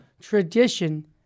tradition